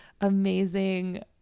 amazing